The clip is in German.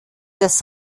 das